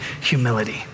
humility